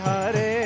Hare